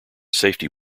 safety